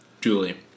Julie